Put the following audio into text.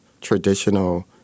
traditional